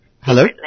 Hello